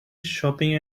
shopping